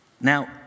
Now